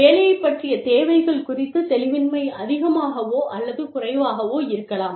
வேலையைப் பற்றிய தேவைகள் குறித்துத் தெளிவின்மை அதிகமாகவோ அல்லது குறைவாகவோ இருக்கலாம்